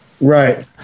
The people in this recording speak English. Right